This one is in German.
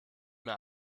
mir